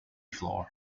floor